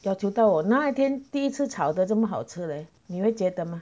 哪里知道哦我那天第一次炒的这么好吃的你会觉得吗